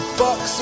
box